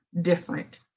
different